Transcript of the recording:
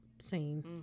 scene